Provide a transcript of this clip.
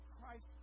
Christ